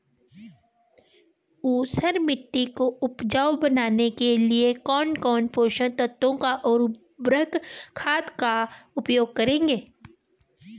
ऊसर मिट्टी को उपजाऊ बनाने के लिए कौन कौन पोषक तत्वों व उर्वरक खाद का उपयोग करेंगे?